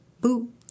boo